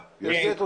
כן.